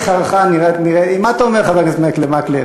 מעריך הערכה, מה אתה אומר, חבר הכנסת מקלב?